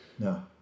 No